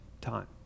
time